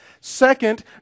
Second